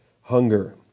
hunger